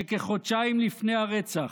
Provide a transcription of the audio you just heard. שכחודשיים לפני הרצח,